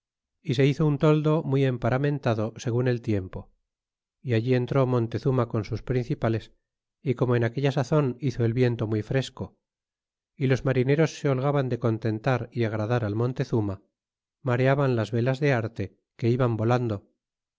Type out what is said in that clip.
y se hizo un toldo muy emparamentado segun el tiempo y allí entró montezuma con sus principales y como en aquella sazon hizo el viento muy fresco y los marineros se holgaban de contentar y agradar al montezuma mareaban las velas de arte que iban volando